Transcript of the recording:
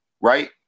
right